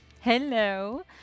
Hello